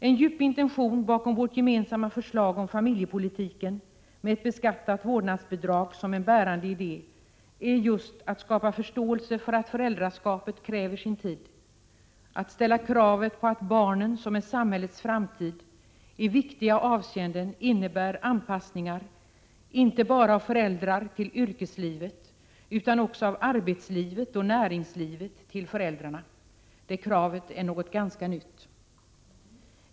En djup intention bakom vårt gemensamma förslag om familjepolitiken, med ett beskattat vårdnadsbidrag som en bärande idé, är just att skapa förståelse för att föräldraskapet kräver sin tid. Man måste också ställa krav på att barnen som är samhällets framtid medför anpassningar i viktiga avseenden — inte bara av föräldrar till yrkeslivet, utan också av arbetsliv och näringsliv till föräldrarna. Det kravet är ganska nytt.